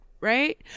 Right